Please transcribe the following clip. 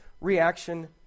reaction